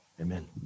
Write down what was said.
amen